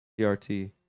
PRT